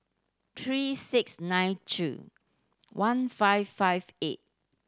three six nine two one five five eight